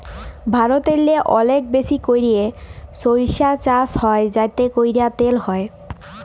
ভারতেল্লে অলেক বেশি ক্যইরে সইরসা চাষ হ্যয় যাতে ক্যইরে তেল হ্যয়